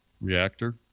reactor